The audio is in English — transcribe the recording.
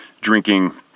drinking